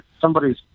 somebody's